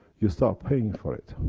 you start paying for it.